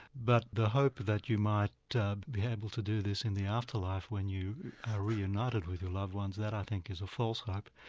but the hope that you might be able to do this in the afterlife when you are reunited with your loved ones, that i think is a false hope,